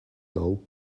know